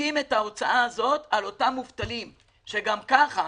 משיתים את ההוצאה הזאת על אותם מובטלים, שגם ככה